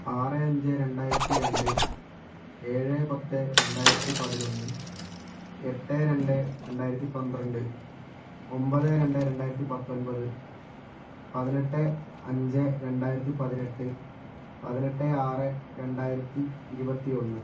ആറ് അഞ്ച് രണ്ടായിരത്തി രണ്ട് ഏഴ് പത്ത് രണ്ടായിരത്തി പതിനൊന്ന് എട്ട് രണ്ട് രണ്ടായിരത്തി പന്ത്രണ്ട് ഒൻപത് രണ്ട് രണ്ടായിരത്തി പത്തൊൻപത് പതിനെട്ട് അഞ്ച് രണ്ടായിരത്തി പതിനെട്ട് പതിനെട്ട് ആറ് രണ്ടായിരത്തി ഇരുപത്തൊന്ന്